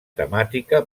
temàtica